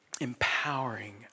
empowering